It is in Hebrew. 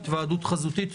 התוועדות חזותית.